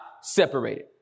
separated